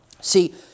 See